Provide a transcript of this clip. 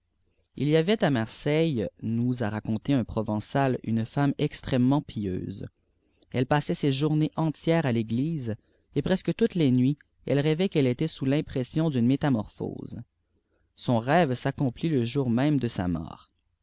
il y avait à marseille nous a raconté un provençal une femme extrêmcmerit pieuse elle passait ses journées entières à l'églisye et presque toutes les nuits elle rêvait qu'elle était sous l'impression d'une métamorphose son rêve accomplit le jour même de sa mort